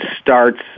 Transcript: starts